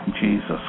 Jesus